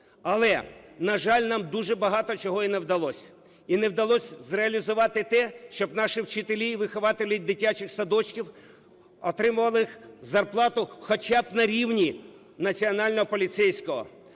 але, на жаль, нам дуже багато чого і не вдалося. І не вдалося зреалізувати те, щоб наші вчителі і вихователі дитячих садочків отримували зарплату хоча б на рівні національного поліцейського,